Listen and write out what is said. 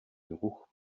geruch